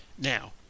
Now